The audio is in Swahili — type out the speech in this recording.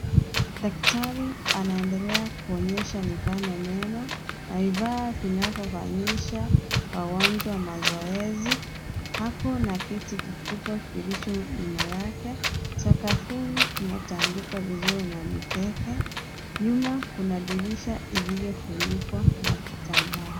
Daktari anaendelea kuonyesha mifano mema na vifaa vinavyofanyisha wagonjwa mazoezi. Ako na kiti kikubwa kilicho nyuma yake. Sakafuni kumetandikwa vizuri na mikeke. Nyuma kuna dirisha iliyofunikwa na kitambaa.